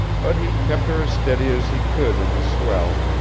but he kept her as steady as he could in the swell,